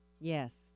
Yes